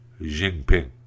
Jinping